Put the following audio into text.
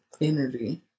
energy